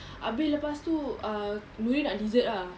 abeh lepas tu uh nurin nak dessert ah